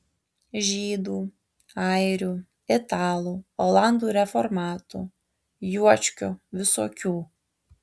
žydų airių italų olandų reformatų juočkių visokių